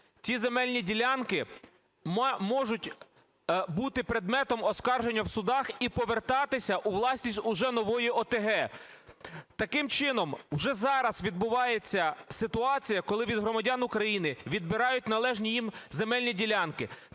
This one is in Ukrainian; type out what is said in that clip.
ці земельні ділянки можуть бути предметом оскарження в судах і повертатися у власність вже нової ОТГ. Таким чином, вже зараз відбувається ситуація, коли від громадян України відбирають належні їм земельні ділянки.